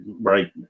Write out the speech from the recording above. right